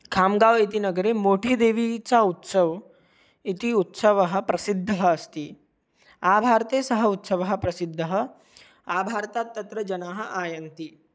खांगाव् इति नगरे मोठीदेवी चा उत्सव् इति उत्सवः प्रसिद्धः अस्ति आभारते सः उत्सवः प्रसिद्धः आभारतात् तत्र जनाः आयान्ति